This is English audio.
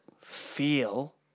feel